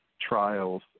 trials